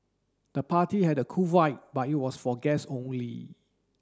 the party had a cool vibe but it was for guest only